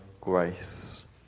grace